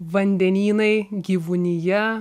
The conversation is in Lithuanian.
vandenynai gyvūnija